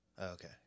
Okay